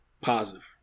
positive